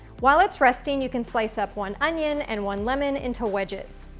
while it's resting, you can slice up one onion and one lemon into wedges.